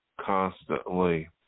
constantly